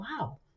wow